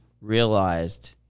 realized